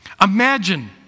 Imagine